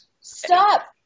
Stop